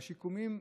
השיקום,